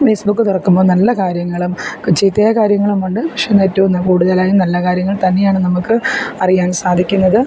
Facebook തുറക്കുമ്പം നല്ല കാര്യങ്ങളും ചീത്തയായ കാര്യങ്ങളുമുണ്ട് പക്ഷേ ഏറ്റവും കൂടുതലായും നല്ല കാര്യങ്ങൾ തന്നെയാണ് നമുക്ക് അറിയാൻ സാധിക്കുന്നത്